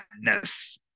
madness